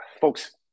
Folks